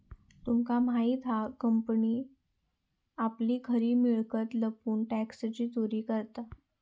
तुमका माहित हा कंपनी आपली खरी मिळकत लपवून टॅक्सची चोरी करता